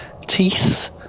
teeth